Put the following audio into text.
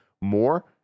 more